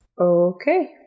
Okay